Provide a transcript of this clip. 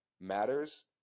matters